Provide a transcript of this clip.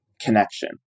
connection